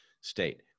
state